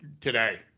today